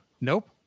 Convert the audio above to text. nope